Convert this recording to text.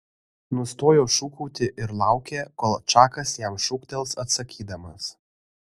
nustojo šūkauti ir laukė kol čakas jam šūktels atsakydamas